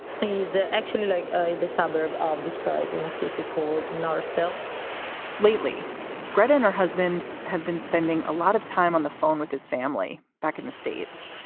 he's ah actually like a suburb of detroit in a city called northville lately gret and her husband have been spending a lot of time on the phone with his family back in the states,